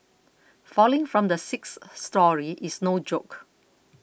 falling from the sixth storey is no joke